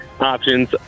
Options